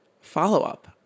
follow-up